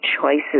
choices